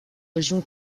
région